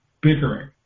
bickering